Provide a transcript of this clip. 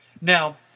Now